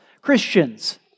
Christians